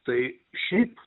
tai šiaip